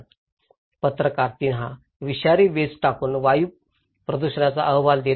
" पत्रकार 3 हा विषारी वेस्ट टाकून वायू प्रदूषणाचा अहवाल देत आहे